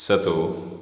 स तु